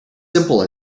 simple